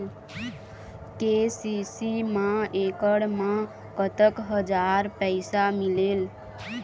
KCC मा एकड़ मा कतक हजार पैसा मिलेल?